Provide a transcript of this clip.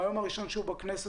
מהיום הראשון שהוא בכנסת,